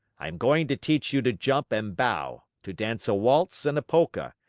i am going to teach you to jump and bow, to dance a waltz and a polka,